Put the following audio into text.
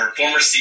former